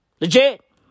Legit